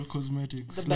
Cosmetics